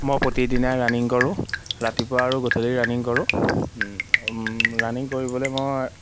মই প্ৰতিদিনাই ৰানিং কৰোঁ ৰাতিপুৱা আৰু গধূলি ৰানিং কৰোঁ ৰানিং কৰিবলৈ মই